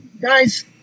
guys